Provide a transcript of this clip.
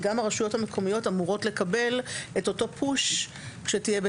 וגם הרשויות המקומיות אמורות לקבל את אותו פוש כשתהיה,